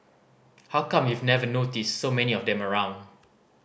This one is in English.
how come you've never noticed so many of them around